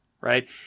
right